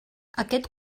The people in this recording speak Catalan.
aquest